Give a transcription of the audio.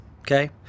okay